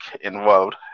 involved